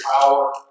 power